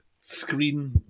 screen